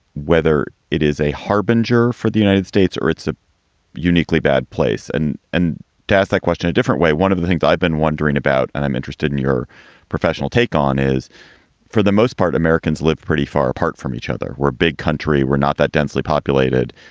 whether it is a harbinger for the united states or it's a uniquely bad place and in and death that question a different way. one of the things i've been wondering about and i'm interested in your professional take on is for the most part, americans live pretty far apart from each other. we're big country. we're not that densely populated.